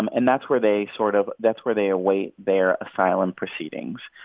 um and that's where they sort of that's where they await their asylum proceedings.